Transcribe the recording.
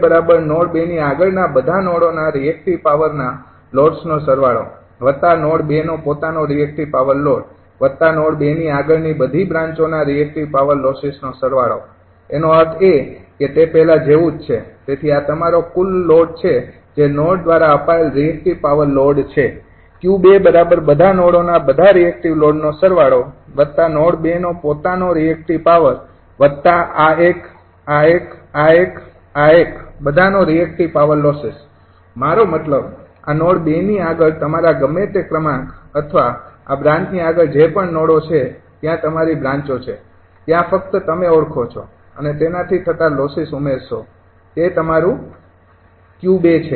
તેથી 𝑄૨નોડ ૨ ની આગળના બધા નોડોના રિએક્ટિવ પાવરના લોડ્સનો સરવાળો વત્તા નોડ ૨ નો પોતાનો રિએક્ટિવ પાવર લોડ વત્તા નોડ ૨ ની આગળ ની બધી બ્રાંચોના રિએક્ટિવ પાવર લોસીસ નો સરવાળો એનો અર્થ એ કે તે પહેલા જેવુ જ છે તેથી આ તમારો કુલ લોડ છે જે નોડ દ્વારા અપાયેલ રિએક્ટિવ પાવર લોડ છે 𝑄૨બધા નોડોના બધા રિએક્ટિવ લોડનો સરવાળો વત્તા નોડ ૨ નો પોતાનો રિએક્ટિવ પાવર વત્તા આ એક આ એક આ એક આ એક બધા નો રિએક્ટિવ પાવર લોસીસ મારો મતલબ આ નોડ ૨ ની આગળ તમારા ગમે તે ક્રમાંક અથવા આ બ્રાન્ચની આગળ જે પણ નોડો છે ત્યાં તમારી બ્રાંચો છે ત્યાં ફક્ત તમે ઓળખો છો અને તેનાથી થતાં લોસીસ ઉમેરશો તે તમારું 𝑄૨ છે